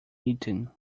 eaten